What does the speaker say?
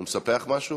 הוא מספח משהו?